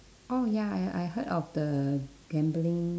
oh ya I I heard of the gambling